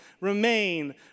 remain